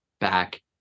back